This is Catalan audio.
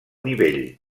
nivell